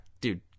dude